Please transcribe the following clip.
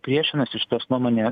priešinasi šitos nuomonė